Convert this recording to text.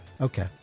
Okay